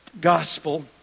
gospel